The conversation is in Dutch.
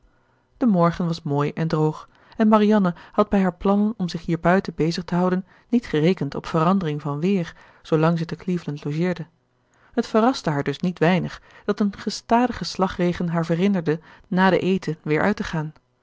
de morgen was mooi en droog en marianne had bij haar plannen om zich hier buiten bezig te houden niet gerekend op verandering van weer zoolang zij te cleveland logeerde het verraste haar dus niet weinig dat een gestadige slagregen haar verhinderde na den eten weer uit te gaan